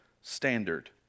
standard